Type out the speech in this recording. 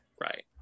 Right